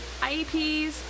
IEPs